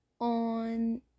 on